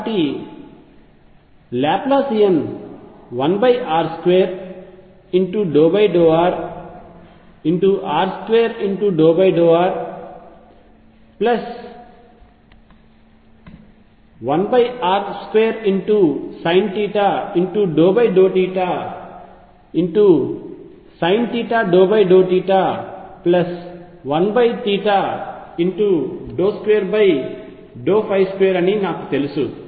కాబట్టి Laplacian 1r2∂rr2∂r1r2sinθ∂θsinθ∂θ1 22 అని నాకు తెలుసు